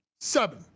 seven